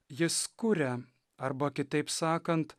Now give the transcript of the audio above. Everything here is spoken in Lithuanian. jis kuria arba kitaip sakant